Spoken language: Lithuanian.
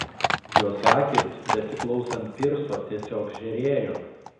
jos akys besiklausant pirso tiesiog žėrėjo